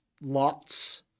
lots